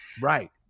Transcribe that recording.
Right